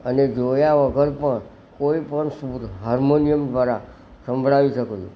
અને જોયા વગર પણ કોઈપણ સૂર હાર્મોનિયમ દ્વારા સંભળાવી શકું છું